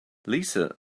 lisa